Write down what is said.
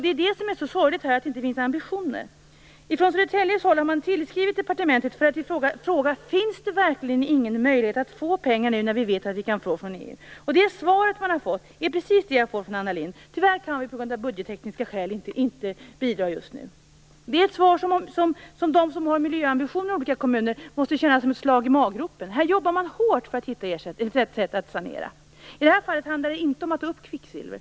Det är det som är så sorgligt. Det finns inte några ambitioner. I Södertälje har man skrivit till departementet och frågat: Finns det verkligen inte någon möjlighet att få pengar nu när vi vet att det går att få från EU? Det svar man har fått är precis det som jag har fått av Anna Lindh: Tyvärr kan vi av budgettekniska skäl inte bidra just nu. Det svaret måste de som har miljöambitioner i olika kommuner känna som ett slag i maggropen. De jobbar hårt för att hitta ett sätt att sanera. I det här fallet handlar det inte om att ta upp kvicksilver.